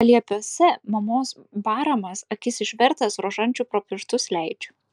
paliepiuose mamos baramas akis išvertęs rožančių pro pirštus leidžiu